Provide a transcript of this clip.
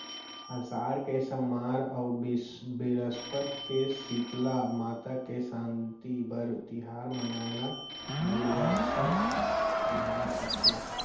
असाड़ के सम्मार अउ बिरस्पत के सीतला माता के सांति बर तिहार मनाई ल जुड़वास तिहार कथें